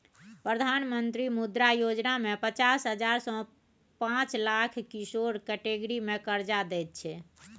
प्रधानमंत्री मुद्रा योजना मे पचास हजार सँ पाँच लाख किशोर कैटेगरी मे करजा दैत छै